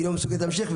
היא לא מסוגלת להמשיך.